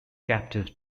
captive